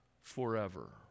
forever